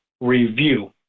review